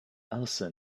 elsa